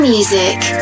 Music